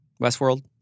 Westworld